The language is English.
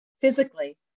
physically